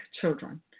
children